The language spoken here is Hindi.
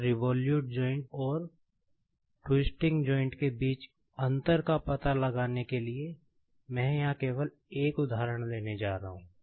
अब रिवोल्युट जॉइंट् और ट्विस्टिंग जॉइंट् के बीच अंतर का पता लगाने के लिए मैं यहां केवल एक उदाहरण लेने जा रहा हूं